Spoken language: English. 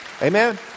Amen